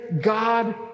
God